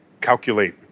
calculate